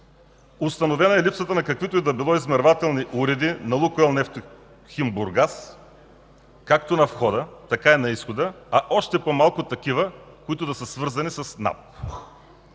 Установена е липсата на каквито и било измервателни уреди на „Лукойл Нефтохим Бургас” – както на входа, така и на изхода, а още по-малко такива, които да са свързани с